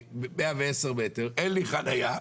אין לי חניה.